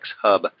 hub